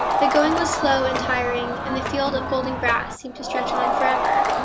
the going was slow and tiring, and the field of golden grass seemed to stretch on forever.